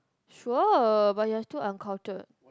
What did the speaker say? sure but you're still uncultured